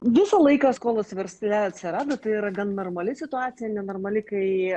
visą laiką skolos versle atsirado tai yra gan normali situacija nenormali kai